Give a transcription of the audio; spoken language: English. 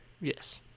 Yes